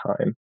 time